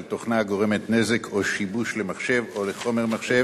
תוכנה הגורמת נזק או שיבוש למחשב או לחומר מחשב,